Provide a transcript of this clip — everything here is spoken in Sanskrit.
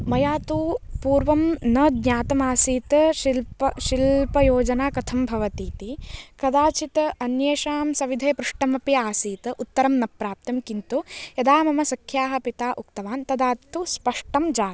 मया तु पूर्वं न ज्ञातमासीत् शिल्प शिल्पयोजना कथं भवतीति कदाचित् अन्येषां सविधे पृष्टमपि आसीत् उत्तरं न प्राप्तं किन्तु यदा मम सख्याः पिता उक्तवान् तदा तु स्पष्टं जातम्